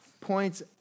points